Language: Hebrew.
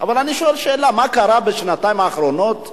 אבל אני שואל שאלה, מה קרה בשנתיים האחרונות במשק?